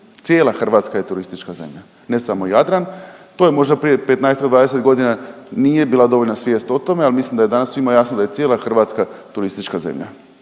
cijela Hrvatska je turistička zemlja, ne samo Jadran. To je možda prije 15-ak, 20 godina nije bila dovoljna svijest o tome, ali mislim da je danas svima jasno da je cijela Hrvatska turistička zemlja.